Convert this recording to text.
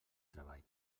treball